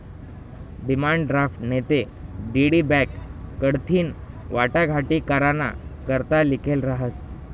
demand draft नैते DD bank कडथीन वाटाघाटी कराना करता लिखेल रहास